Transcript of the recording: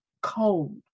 cold